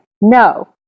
No